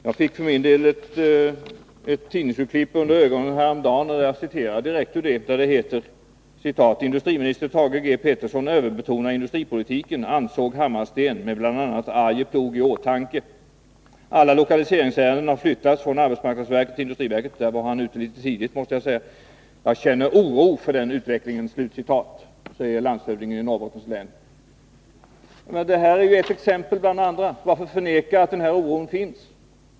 Jag fick för min del ett tidningsklipp under ögonen häromdagen, och jag citerar direkt ur det: ”Industriminister Thage G Pettersson överbetonar industripolitiken, ansåg Hammarsten, med bla Arjeplog i åtanke. Alla lokaliseringsärenden har flyttats från arbetsmarknadsverket till industriverket.” — Där var han ute litet tidigt, måste jag säga. — ”Jag känner oro för den utvecklingen.” Detta säger landshövdingen i Norrbottens län. Det här är ett exempel bland andra. Varför förneka att den här oron finns?